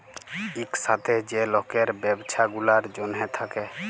ইকসাথে যে লকের ব্যবছা গুলার জ্যনহে থ্যাকে